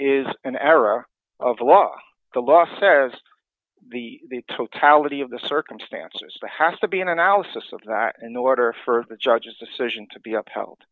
is an era of law the law says the totality of the circumstances there has to be an analysis of that in order for the judge's decision to be upheld